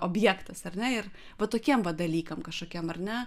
objektas ar ne ir va tokiem va dalykam kažkokiem ar ne